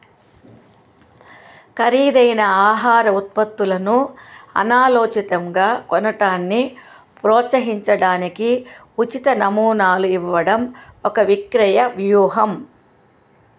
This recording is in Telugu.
ఖరీదైన ఆహార ఉత్పత్తులను అనాలోచితంగా కొనడాన్ని ప్రోత్సహించడానికి ఉచిత నమూనాలు ఇవ్వడం ఒక విక్రయ వ్యూహం